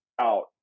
out